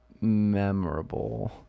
memorable